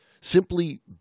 Simply